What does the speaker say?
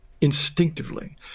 instinctively